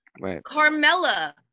Carmella